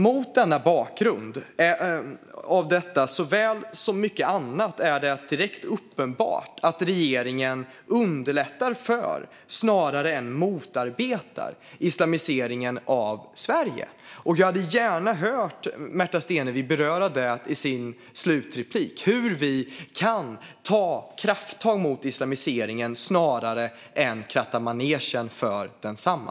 Mot bakgrund av detta såväl som mycket annat är det direkt uppenbart att regeringen underlättar för, snarare än motarbetar, islamiseringen av Sverige. Jag skulle gärna höra Märta Stenevi beröra det i sitt slutanförande: Hur kan vi ta krafttag mot islamiseringen snarare än kratta manegen för densamma?